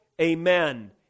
Amen